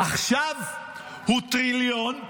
עכשיו הוא טריליון.